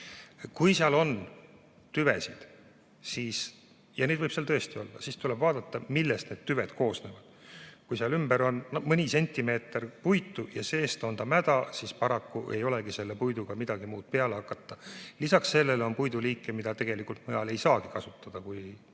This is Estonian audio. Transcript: Kui seal on tüvesid, siis – ja neid võib tõesti olla –, siis tuleb vaadata, millised need tüved on. Kui seal [südamiku] ümber on mõni sentimeeter puitu ja seest on mäda, siis paraku ei olegi selle puiduga midagi muud peale hakata. Lisaks sellele on puiduliike, mida tegelikult mujal ei saagi kasutada kui